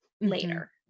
later